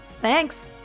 Thanks